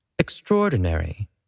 Extraordinary